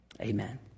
Amen